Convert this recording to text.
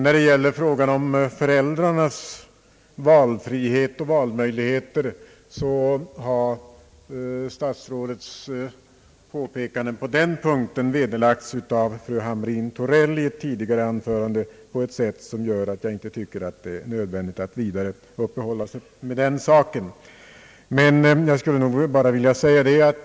När det gäller föräldrarnas valfrihet och valmöjligheter har statsrådets påpekanden vederlagts av fru Hamrin Thorell i ett tidigare anförande på ett sätt, som gör att det inte är nödvändigt för mig att vidare uppehålla mig vid det.